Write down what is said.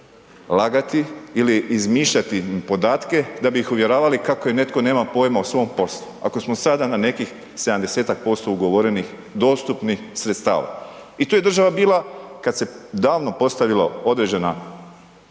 lagati ili izmišljati podatke da bi ih uvjeravali kako netko nema pojma o svom poslu. Ako smo sada na nekih 70-ak% ugovorenih dostupnih sredstava. I tu je država bila, kada se davno postavila određena